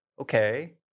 Okay